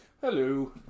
Hello